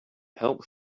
help